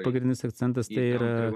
pagrindinis akcentas tai ir